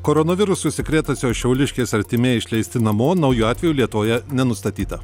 koronavirusu užsikrėtusios šiauliškės artimieji išleisti namo naujų atvejų lietuvoje nenustatyta